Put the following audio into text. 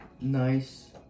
nice